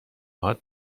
هات